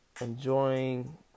enjoying